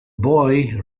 boy